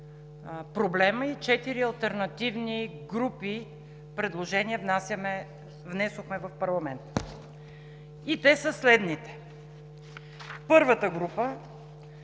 проблема и четири алтернативни групи предложения внесохме в парламента: Първата група